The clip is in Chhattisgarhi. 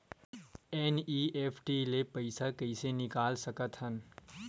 एन.ई.एफ.टी ले पईसा कइसे निकाल सकत हन?